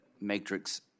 matrix